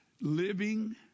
Living